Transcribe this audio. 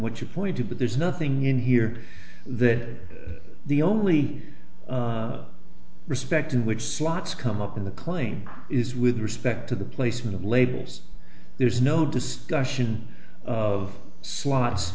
what you point to but there's nothing in here that the only respect in which slots come up in the claim is with respect to the placement of labels there's no discussion of slots